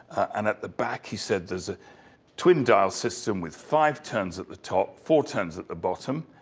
and at the back he said there's a twin dial system, with five turns at the top, four turns at the bottom.